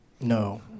No